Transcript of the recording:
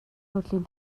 төрлийн